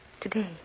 today